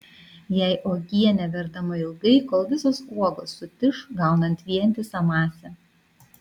jei uogienė verdama ilgai kol visos uogos sutiš gaunant vientisą masę